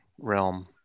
realm